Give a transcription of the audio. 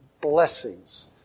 blessings